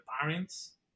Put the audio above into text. parents